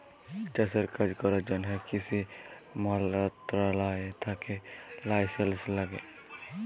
চাষের কাজ ক্যরার জ্যনহে কিসি মলত্রলালয় থ্যাকে লাইসেলস ল্যাগে